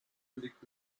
liegt